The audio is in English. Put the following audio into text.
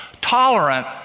tolerant